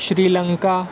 Sri Lanka Lanka